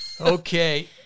Okay